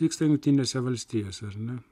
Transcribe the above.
vyksta jungtinėse valstijose ar ne